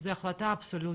זו החלטה אבסולוטית.